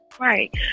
right